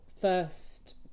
first